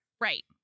right